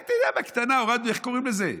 רק אתה יודע, בקטנה הורדנו, איך קוראים לזה?